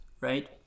right